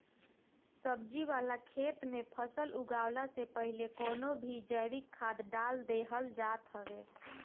सब्जी वाला खेत में फसल उगवला से पहिले कवनो भी जैविक खाद डाल देहल जात हवे